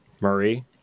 Murray